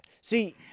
See